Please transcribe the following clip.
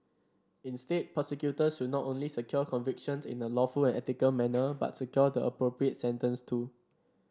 instead prosecutors should not only secure convictions in a lawful and ethical manner but secure the appropriate sentence too